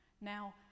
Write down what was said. now